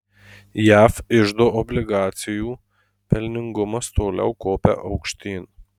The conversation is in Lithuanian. jav iždo obligacijų pelningumas toliau kopia aukštyn